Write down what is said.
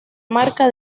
marca